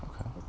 Okay